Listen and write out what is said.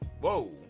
Whoa